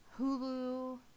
Hulu